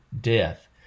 death